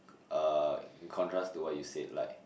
uh in contrast to what you said like